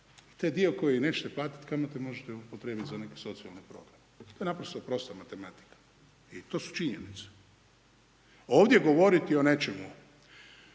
Taj dio koji nećete platiti kamate može upotrijebiti za neki socijalni program. To je naprosto prostorna tematika i to su činjenice. Ovdje govoriti o nečemu,